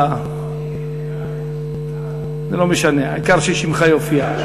בעד, זה לא משנה, העיקר ששמך יופיע.